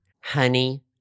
Honey